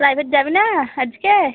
private যাবি না আজকে